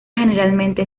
generalmente